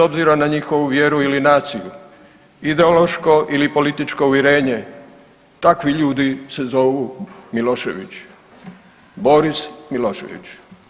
obzira na njihovu vjeru ili naciju, ideološko ili političko uvjerenje, takvi ljudi se zovu Miloševići, Boris Milošević.